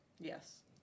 Yes